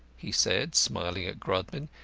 he said, smiling at grodman.